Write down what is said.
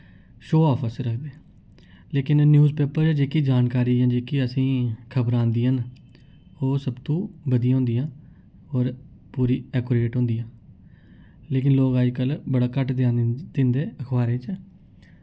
show off आस्तै रखदे लेकिन न्यूज पेपर जेह्की जानकारी जां जेह्की असें खबरां आंदियां न ओ सबतों बधिया होंदियां और पूरी एक्यूरेट होंदियां लेकिन लोक अजकल बड़ा घट्ट ध्यान दिंदे अखबारें च